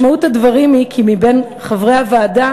משמעות הדברים היא כי מבין חברי הוועדה